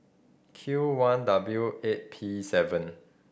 Q one W eight P seven